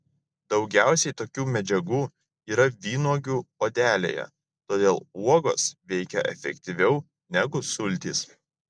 daugiausiai tokių medžiagų yra vynuogių odelėje todėl uogos veikia efektyviau negu sultys